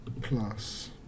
plus